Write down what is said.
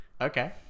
Okay